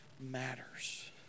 matters